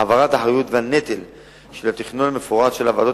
העברת האחריות והנטל של התכנון המפורט של הוועדות